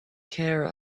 care